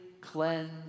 cleanse